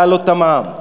להעלות את המע"מ,